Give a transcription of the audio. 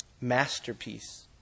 masterpiece